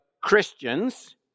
Christians